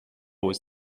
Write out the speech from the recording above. was